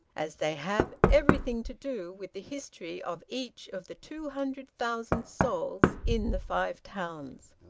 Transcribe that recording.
as they have everything to do with the history of each of the two hundred thousand souls in the five towns.